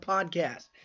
Podcast